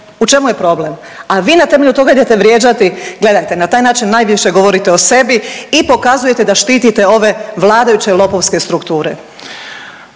U čemu je problem? A vi na temelju toga idete vrijeđati. Gledajte, na taj način najviše govorite o sebi i pokazujete da štitite ove vladajuće lopovske strukture.